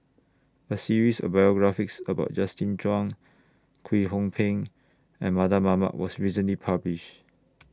A series of biographies about Justin Zhuang Kwek Hong Png and Mardan Mamat was recently published